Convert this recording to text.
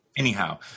Anyhow